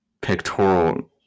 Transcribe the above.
pectoral